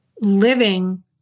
living